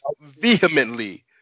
vehemently